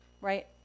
right